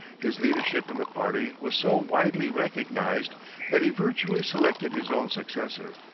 his leadership in the party was so widely recognized that he virtually selected his own successor.